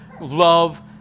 love